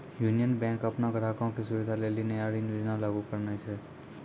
union Bank अपनो ग्राहको के सुविधा लेली नया ऋण योजना लागू करने छै